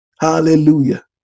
Hallelujah